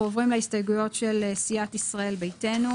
אנחנו עוברים להסתייגויות של סיעת ישראל ביתנו.